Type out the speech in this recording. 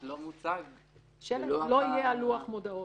לא יהיה על לוח מודעות.